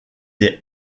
est